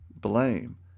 blame